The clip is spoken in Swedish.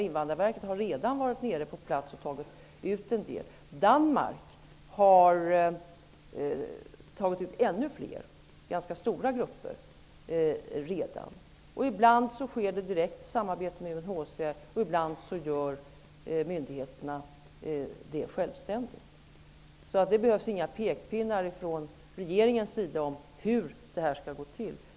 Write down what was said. Invandrarverkets representanter har redan varit nere på plats och tagit ut en del. Danmark har tagit ut ännu fler, ganska stora grupper. Ibland sker detta i direkt samarbete med UNHCR, ibland gör myndigheterna det självständigt. Så det behövs inga pekpinnar från regeringens sida om hur det skall gå till.